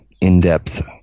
in-depth